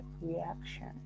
reaction